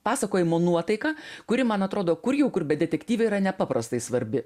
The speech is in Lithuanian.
pasakojimo nuotaiką kuri man atrodo kur jau kur bet detektyve yra nepaprastai svarbi